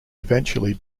eventually